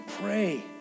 pray